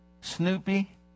Snoopy